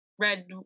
Red